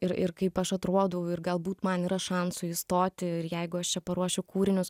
ir ir kaip aš atrodau ir galbūt man yra šansų įstoti ir jeigu aš čia paruošiu kūrinius